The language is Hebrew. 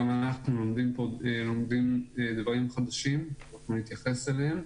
גם אנחנו לומדים דברים חדשים ואני אתייחס אליהם.